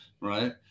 right